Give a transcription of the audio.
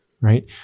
right